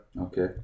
Okay